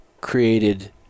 created